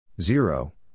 Zero